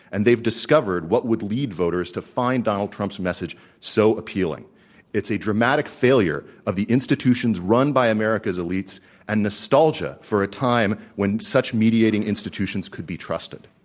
and they've discovered what would lead voters to find donald trump's message so and it's a dramatic failure of the institutions run by america's elites and nostalgia for a time when such mediating institutions could be trusted.